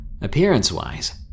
Appearance-wise